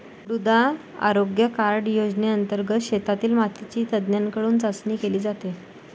मृदा आरोग्य कार्ड योजनेंतर्गत शेतातील मातीची तज्ज्ञांकडून चाचणी केली जाते